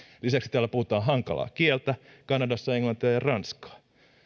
lisäksi täällä puhutaan hankalaa kieltä kanadassa englantia ja ranskaa